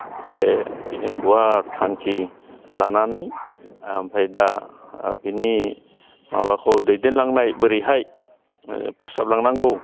बे बिनो गुवार थांखि लानानै आमफ्राय दा बिनि माबाखौ दैदेनलांनाय बोरैहाय फोसाबलांनांगौ